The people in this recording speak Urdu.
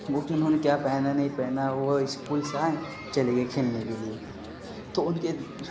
وہ کہ انہوں نے کیا پہنا نہیں پہنا وہ اسکول سے آئیں چلے گئے کھیلنے کے لیے تو ان کے